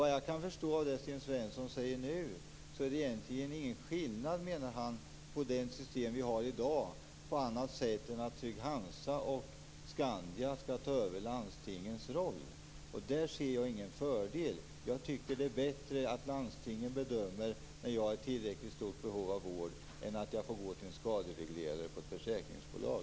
Vad jag kan förstå av det Sten Svensson säger nu, menar han att det egentligen inte är någon skillnad jämfört med det system som vi har i dag på annat sätt än att Trygg Hansa och Skandia skall ta över landstingens roll. Där ser jag ingen fördel. Jag tycker att det är bättre att landstingen bedömer om jag har ett tillräckligt stort behov av vård än att jag får gå till en skadereglerare på ett försäkringsbolag.